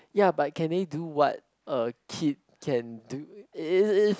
ya but can they do what a kid can do is is